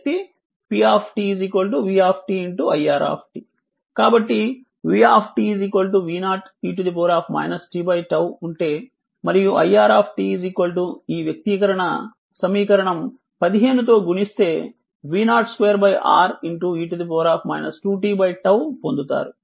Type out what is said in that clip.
కాబట్టి v v 0 e t τ ఉంటే మరియు iR ఈ వ్యక్తీకరణ సమీకరణం 15 తో గుణిస్తే v0 2 R e 2 t τ పొందుతారు